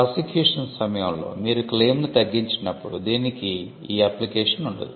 prosecution సమయంలో మీరు క్లెయిమ్ను తగ్గించినప్పుడు దీనికి ఈ అప్లికేషన్ ఉండదు